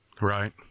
right